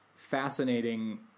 Fascinating